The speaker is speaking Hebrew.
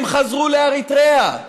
הם חזרו לאריתריאה.